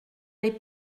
les